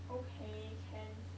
okay can